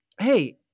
hey